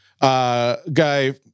Guy